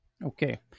Okay